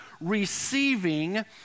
receiving